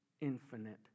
Infinite